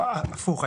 הפוך,